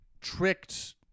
tricked